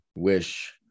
wish